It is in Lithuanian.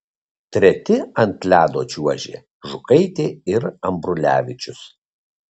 treti ant ledo čiuožė žukaitė ir ambrulevičius